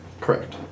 Correct